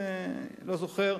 לא זוכר,